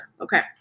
Okay